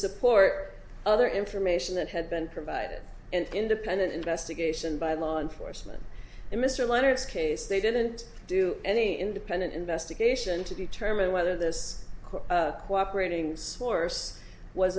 support other information that had been provided an independent investigation by law enforcement and mr leonard's case they didn't do any independent invest to geisha and to determine whether this cooperating source was